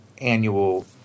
annual